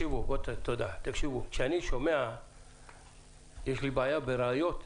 כשאני שומע שיש בעיה בראיות,